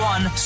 One